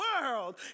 world